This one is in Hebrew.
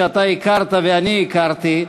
שאתה הכרת ואני הכרתי,